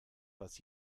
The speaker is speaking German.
was